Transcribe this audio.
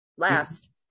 last